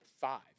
five